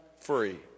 free